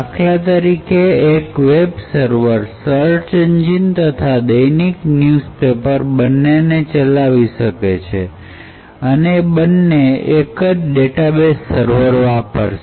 દાખલા તરીકે એક વેબ સર્વર સર્ચ એન્જિન તથા દૈનિક ન્યૂઝ પેપર બંનેને ચલાવી શકે અને એ બને એક જ ડેટાબેસ સર્વર વાપરશે